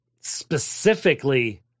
specifically